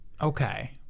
Okay